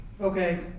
Okay